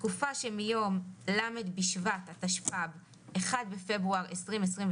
התקופה שמיום ל' בשבט התשפ"ב (1 בפברואר 2022)